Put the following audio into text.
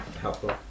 Helpful